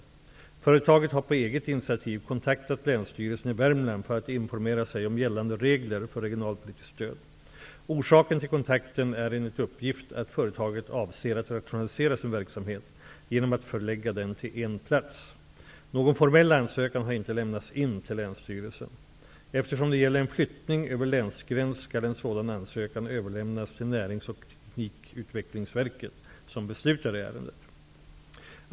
Företaget har på eget initiativ kontaktat Länsstyrelsen i Värmland för att informera sig om gällande regler för regionalpolitiskt stöd. Orsaken till kontakten är enligt uppgift att företaget avser att rationalisera sin verksamhet genom att förlägga den till en plats. Någon formell ansökan har inte lämnats in till länsstyrelsen. Eftersom det gäller en flyttning över länsgräns skall en sådan ansökan överlämnas till Närings och teknikutvecklingsverket som beslutar i ärendet.